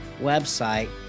website